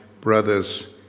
brother's